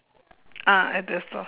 ah at the store